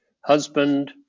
husband